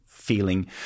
feeling